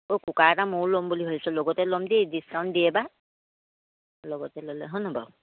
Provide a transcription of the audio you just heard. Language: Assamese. অ' কুকাৰ এটা ময়ো ল'ম বুলি ভাবিছোঁ লগতে ল'ম দেই ডিছকাউণ্ট দিয়ে বা লগতে ল'লে হয় নাই বাৰু